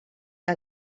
que